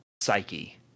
psyche